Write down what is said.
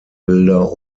bilder